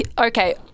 okay